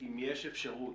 אם יש אפשרות,